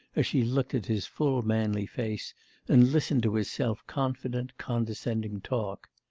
as she looked at his full manly face and listened to his self-confident, condescending talk.